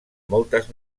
moltes